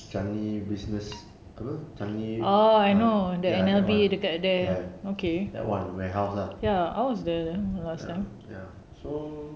changi business apa changi ah ya that one ya that one warehouse lah ya so